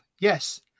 Yes